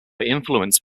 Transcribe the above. influenced